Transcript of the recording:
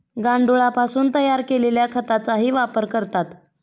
गांडुळापासून तयार केलेल्या खताचाही वापर करतात